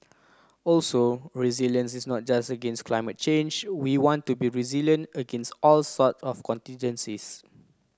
also resilience is not just against climate change we want to be resilient against all sorts of contingencies